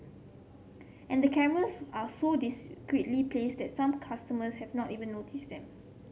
and the cameras are so discreetly placed that some customers have not even notice them